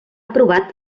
aprovat